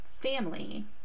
family